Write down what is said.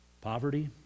poverty